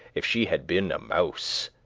if she had been a mouse,